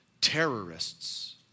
terrorists